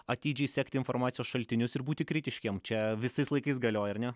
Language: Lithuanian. atidžiai sekti informacijos šaltinius ir būti kritiškiem čia visais laikais galioja ar ne